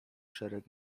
szereg